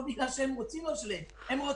ויש עוד מפרט שלם של עשרות אלפי